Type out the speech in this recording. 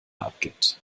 abgibt